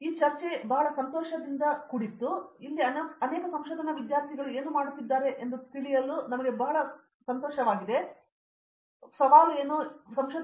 ಮತ್ತು ಚರ್ಚೆಗಳು ಬಹಳ ಸಂತೋಷವನ್ನು ಹೊಂದಿತ್ತು ಆದ್ದರಿಂದ ನೀವು ಇಲ್ಲಿ ಅನೇಕ ಸಂಶೋಧನಾ ವಿದ್ಯಾರ್ಥಿ ಏನು ಎಂದು ತಿಳಿಯಲು ಅನೇಕ ಸಂತೋಷವನ್ನು ಸುಂದರ ಅಂಕಗಳನ್ನು ಹೊಂದಿತ್ತು